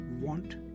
want